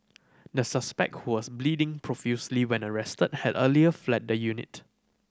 the suspect who was bleeding profusely when arrested had earlier fled the unit